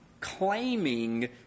claiming